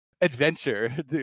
adventure